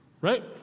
right